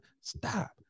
stop